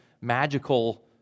magical